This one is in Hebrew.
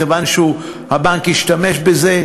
מכיוון שהבנק השתמש בזה,